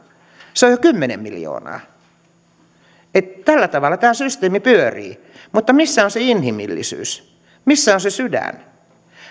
se on jo kymmenen miljoonaa tällä tavalla tämä systeemi pyörii mutta missä on se inhimillisyys missä on se sydän